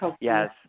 yes